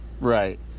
Right